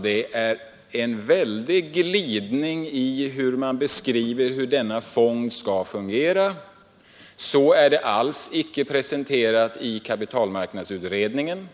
Det är en väldig Nr 98 glidning i hur man beskriver att denna fond skall fungera. En sådan Torsdagen den presentation har icke alls kapitalmarknadsutredningen gjort.